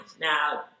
now